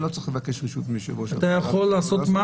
אני לא צריך לבקש רשות מיושב-ראש הוועדה -- אתה יכול לעשות מה